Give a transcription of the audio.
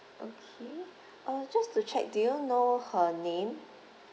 okay uh just to check do you know her name